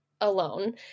alone